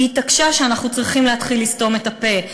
היא התעקשה שאנחנו צריכים להתחיל לסתום את הפה,